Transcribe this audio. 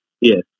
Yes